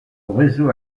réseau